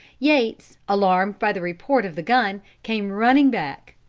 yates, alarmed by the report of the gun, came running back.